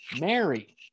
Mary